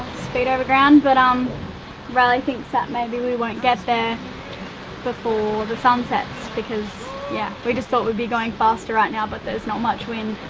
speed overground. but, um riley thinks that maybe we won't get there before the sun sets because, yeah, we just thought we'd be going faster right now but there's not much wind.